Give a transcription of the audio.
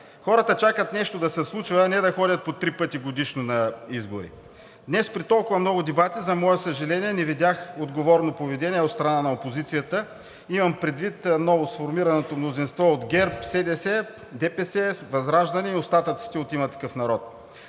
Хората чакат нещо да се случва, а не да ходят по три пъти годишно на избори. Днес при толкова много дебати, за мое съжаление, не видях отговорно поведение от страна на опозицията. Имам предвид новосформираното мнозинство от ГЕРБ, СДС, ДПС, ВЪЗРАЖДАНЕ и остатъците от „Има такъв народ“.